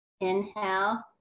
Inhale